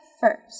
first